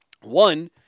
one